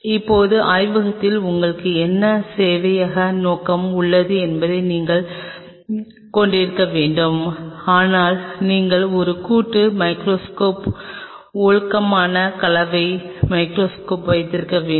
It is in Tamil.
இப்போது ஆய்வகத்தில் உங்களுக்கு என்ன சேவையக நோக்கம் உள்ளது என்பதை நாங்கள் கொண்டிருக்க வேண்டும் ஆனால் நீங்கள் ஒரு கூட்டு மைகிரோஸ்கோப் ஒழுக்கமான கலவை மைகிரோஸ்கோப் வைத்திருக்க வேண்டும்